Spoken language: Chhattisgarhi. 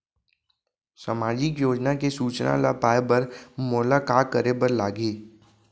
सामाजिक योजना के सूचना ल पाए बर मोला का करे बर लागही?